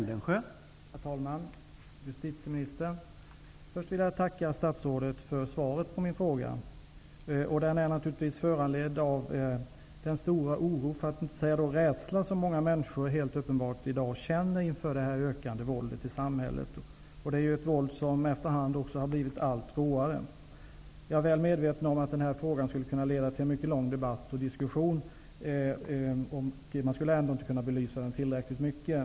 Herr talman! Först vill jag tacka statsrådet för svaret på min fråga. Den är naturligtvis föranledd av den stora oro, för att inte säga rädsla, som många människor helt uppenbart känner inför det ökande inslaget av våld i samhället. Det är våld som efterhand blivit allt råare. Jag är väl medveten om att denna fråga kan leda till en lång debatt och diskussion utan att man ändå kan belysa den tillräckligt mycket.